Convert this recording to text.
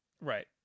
Right